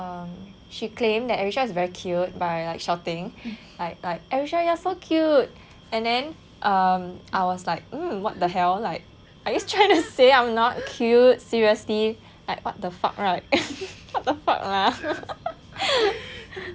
um she claimed that arisha is very cute by like shouting like arisha you are so cute and then I was like um what the hell like are you trying to say I am not cute seriously like what the fuck right what the fuck lah